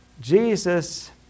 Jesus